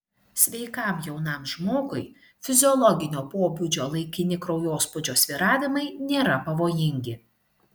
sveikam jaunam žmogui fiziologinio pobūdžio laikini kraujospūdžio svyravimai nėra pavojingi